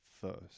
first